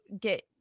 get